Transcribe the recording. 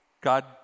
God